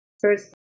first